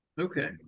Okay